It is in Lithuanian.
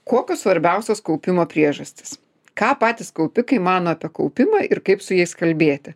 kokios svarbiausios kaupimo priežastys ką patys kaupikai mano apie kaupimą ir kaip su jais kalbėti